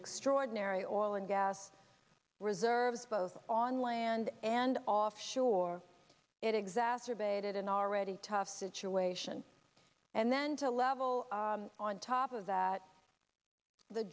extraordinary oil and gas reserves both on land and off shore it exacerbated an already tough situation and then to level on top of that the